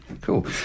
Cool